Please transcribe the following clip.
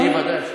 אני ודאי שמסכים.